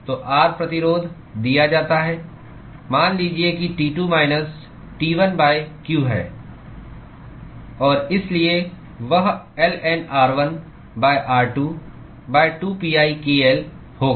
तो R प्रतिरोध दिया जाता है मान लीजिए कि T2 माइनस T1 q है और इसलिए वह ln r1 r2 2pi k L होगा